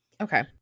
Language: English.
Okay